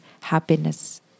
happiness